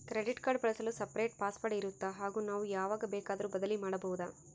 Credit card ಬಳಸಲು separate password ಇರುತ್ತಾ ಹಾಗೂ ನಾವು ಯಾವಾಗ ಬೇಕಾದರೂ ಬದಲಿ ಮಾಡಬಹುದಾ?